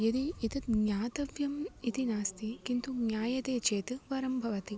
यदि एतद् ज्ञातव्यम् इति नास्ति किन्तु ज्ञायते चेत् वरं भवति